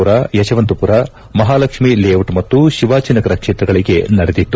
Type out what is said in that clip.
ಪುರ ಯಶವಂತಪುರ ಮಹಾಲಕ್ಷ್ಮಿ ಲೇಔಟ್ ಮತ್ತು ಶಿವಾಜಿನಗರ ಕ್ಷೇತ್ರಗಳಿಗೆ ನಡೆದಿತ್ತು